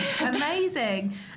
amazing